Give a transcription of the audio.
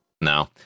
No